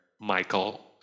Michael